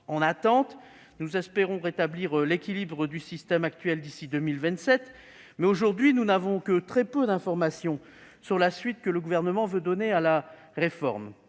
en attente- nous espérons rétablir l'équilibre du système actuel d'ici à 2027, mais nous avons très peu d'informations sur la suite que le Gouvernement veut donner à la réforme